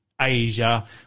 Asia